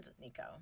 Nico